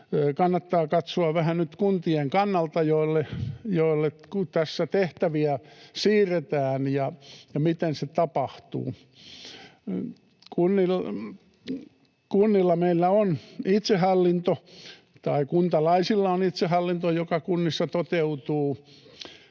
kannattaa katsoa vähän nyt kuntien kannalta, joille tässä tehtäviä siirretään, että miten se tapahtuu. Kuntalaisilla on itsehallinto, joka kunnissa toteutuu.